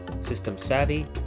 system-savvy